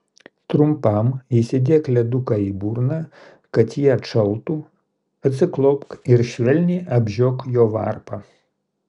trumpam įsidėk leduką į burną kad ji atšaltų atsiklaupk ir švelniai apžiok jo varpą